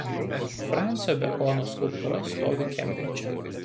fransio bekono skulptūra stovi kembridže